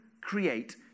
create